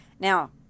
Now